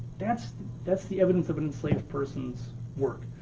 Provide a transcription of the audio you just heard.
that's that's the evidence of an enslaved person's work.